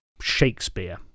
Shakespeare